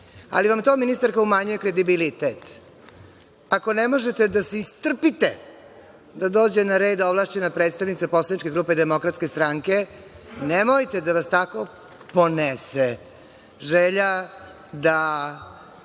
to vam, ministarka, umanjuje kredibilitet. Ako ne možete da se istrpite da dođe na red ovlašćena predstavnica poslaničke grupe DS, nemojte da vas tako ponese želja da